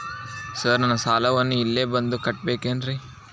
Sir ನಾನು ಸಾಲವನ್ನು ಇಲ್ಲೇ ಬಂದು ಕಟ್ಟಬೇಕೇನ್ರಿ?